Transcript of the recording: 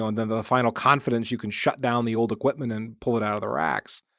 and the the final confidence, you can shut down the old equipment and pull it out of the racks.